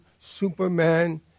superman